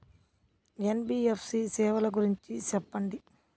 NBFC సేవల గురించి సెప్పండి?